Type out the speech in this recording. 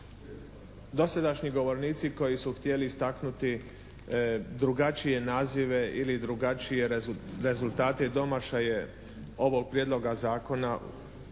dosadašnji govornici koji su htjeli istaknuti drugačije nazive ili drugačije rezultate i domašaje ovog prijedloga zakona